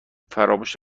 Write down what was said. فراموش